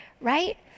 Right